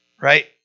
right